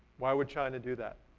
why would china do that?